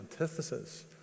antithesis